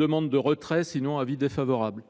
Demande de retrait, ou avis défavorable.